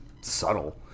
subtle